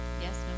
Yes